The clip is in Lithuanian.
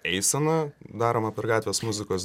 eisena daroma per gatvės muzikos